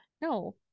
no